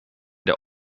der